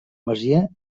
masia